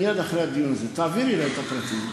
מייד אחרי הדיון הזה תעבירי אלי את הפרטים.